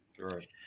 right